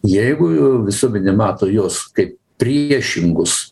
jeigu visuomenė mato juos kaip priešingus